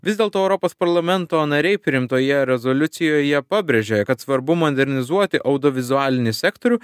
vis dėlto europos parlamento nariai priimtoje rezoliucijoje pabrėžė kad svarbu modernizuoti audiovizualinį sektorių